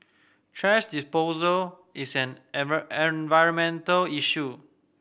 thrash disposal is an environmental issue